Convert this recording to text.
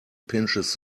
pinches